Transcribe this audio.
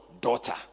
daughter